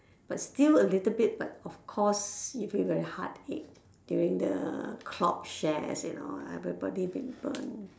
but still a little bit but of course you feel very heart ache during the clot shares you know everybody been burn